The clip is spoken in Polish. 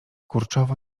kurczowo